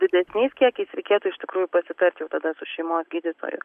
didesniais kiekiais reikėtų iš tikrųjų pasitart jau tada su šeimos gydytoju